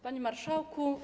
Panie Marszałku!